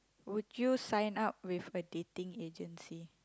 would you sign up with a dating agency